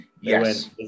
yes